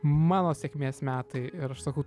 mano sėkmės metai ir aš sakau